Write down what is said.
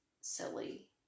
silly